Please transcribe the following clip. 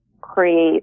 create